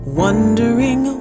wondering